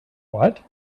what